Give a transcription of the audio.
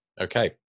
Okay